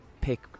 pick